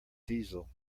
diesel